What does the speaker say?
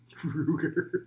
Ruger